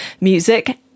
music